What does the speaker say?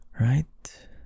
right